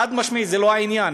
חד-משמעית זה לא העניין,